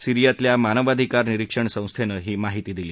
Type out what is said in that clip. सीरियातल्या मानवाधिकार निरिक्षण संस्थेनं ही माहिती दिली